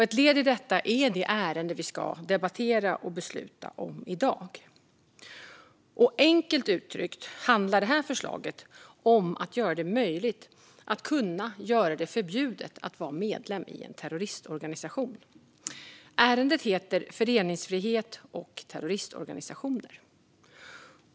Ett led i detta är det ärende vi nu debatterar och som vi ska besluta om i dag. Enkelt uttryckt handlar detta förslag om att göra det möjligt att göra det förbjudet att vara medlem i en terroristorganisation. Betänkandet heter Föreningsfrihet och terroristorganisationer .